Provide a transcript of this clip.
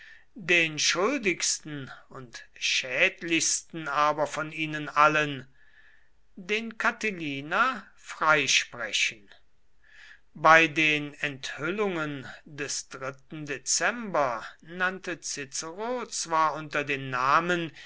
den schuldigsten und schädlichsten aber von ihnen allen den catilina freisprechen bei den enthüllungen des dritten dezember nannte cicero zwar unter den namen